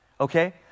okay